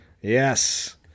Yes